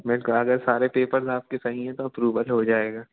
मैं कागज़ सारे पेपर्ज़ आपके सही हैं तो अप्रूवल हो जाएगा